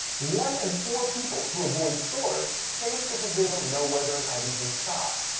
one in four people who avoid stores say it's because they don't know whether an item is in stock.